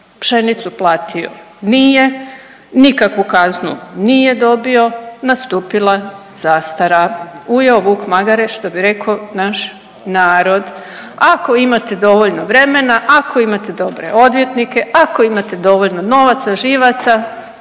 Pšenicu platio nije, nikakvu kaznu nije dobio, nastupila zastara, ujeo vuk magare što bi rekao naš narod. Ako imate dovoljno vremena, ako imate dobre odvjetnike, ako imate dovoljno novaca, živaca